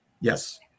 Yes